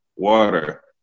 Water